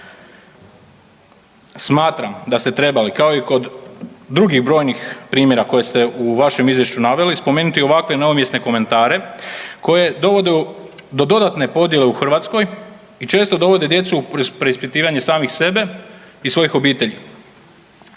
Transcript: Smatram da ste trebali kao i kod drugih brojnih primjera koje ste u vašem izvješću naveli spomenuti ovakve neumjesne komentare koji dovode do dodatne podjele u Hrvatskoj i često dovode djecu u preispitivanje samih sebe i svojih obitelji.